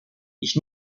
ich